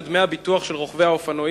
את דמי הביטוח של רוכבי האופנועים,